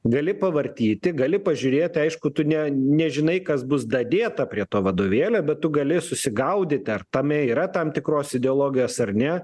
gali pavartyti gali pažiūrėti aišku tu ne nežinai kas bus dadėta prie to vadovėlio bet tu gali susigaudyt ar tame yra tam tikros ideologijos ar ne